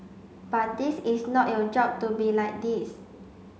but this is not your job to be like this